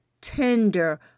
tender